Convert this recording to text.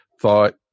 thought